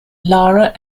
lara